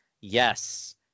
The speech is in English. Yes